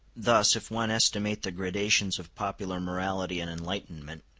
thus, if one estimate the gradations of popular morality and enlightenment,